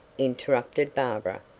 interrupted barbara,